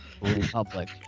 Republic